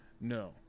No